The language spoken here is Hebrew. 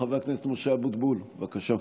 חבר הכנסת משה אבוטבול, בבקשה.